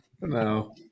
No